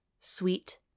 sweet